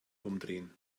umdrehen